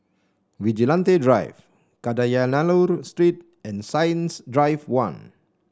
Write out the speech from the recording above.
Vigilante Drive Kadayanallur Street and Science Drive One